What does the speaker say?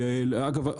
אגב,